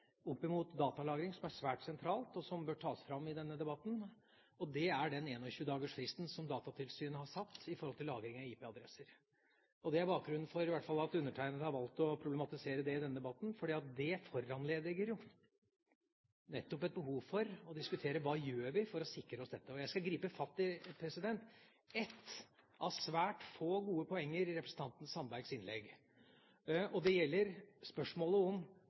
mot datalagring som er svært sentralt, og som bør tas fram i denne debatten. Det er den 21-dagersfristen som Datatilsynet har satt for lagring av IP-adresser. Det er bakgrunnen for at i hvert fall undertegnede har valgt å problematisere det i denne debatten, for det foranlediger jo nettopp et behov for å diskutere hva vi gjør for å sikre oss her. Jeg skal gripe fatt i ett av svært få gode poenger i representanten Sandbergs innlegg. Det gjelder spørsmålet om